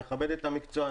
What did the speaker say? נכבד את המקצוע,